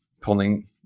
pulling